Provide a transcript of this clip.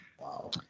Wow